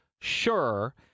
sure